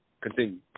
continue